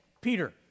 Peter